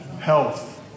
health